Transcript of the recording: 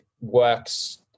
works